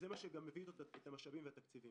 זה מה שמביא את המשאבים ואת התקציבים.